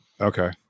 Okay